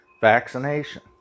vaccination